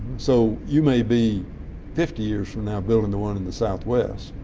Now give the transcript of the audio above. so you may be fifty years from now building the one in the southwest,